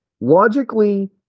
logically